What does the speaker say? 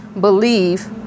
believe